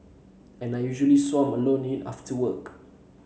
and I usually swam alone in it after work